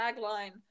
tagline